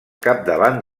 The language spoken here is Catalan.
capdavant